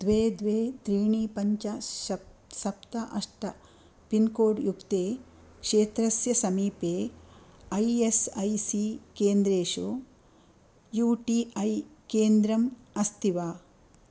द्वे द्वे त्रीणि पञ्च सप्त अष्ट पिन्कोड् युक्ते क्षेत्रस्य समीपे ऐ एस् ऐ सी केन्द्रेषु यू टी ऐ केन्द्रम् अस्ति वा